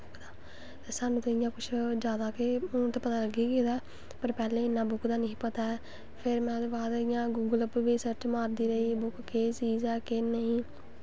सानूं ते जैदा केह् हून ते पता लग्गी गै गेदा ऐ पर पैह्लें इन्ना बुक्क दा नेंई ही पता ऐ फिर में ओह्दे बाद इ'यां गुगल पर बी सर्च मारदी रेही बुक्क केह् चीज ऐ केह् नेईं